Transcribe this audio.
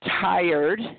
tired